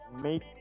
make